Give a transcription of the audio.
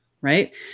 right